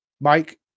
Mike